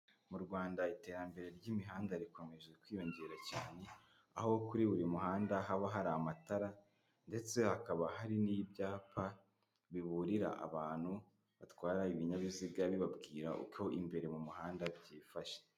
Mu Rwanda iterambere ry'imihanda rikomeje kwiyongera cyane aho kuri buri muhanda haba hari amatara ndetse hakaba hari n'ibyapa biburira abantu batwara ibinyabiziga bibabwira uko imbere mu muhanda byifashe.